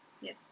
Yes